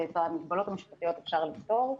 ואת המגבלות המשפטיות אפשר לפתור.